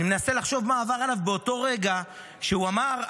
אני מנסה לחשוב מה עבר עליו באותו רגע שהוא אמר,